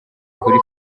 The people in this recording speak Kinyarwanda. kuri